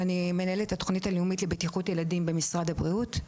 ואני מנהלת התוכנית הלאומית לבטיחות ילדים במשרד הבריאות.